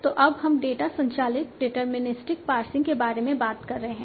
तो अब हम डेटा संचालित डिटरमिनिस्टिक पार्सिंग के बारे में बात कर रहे हैं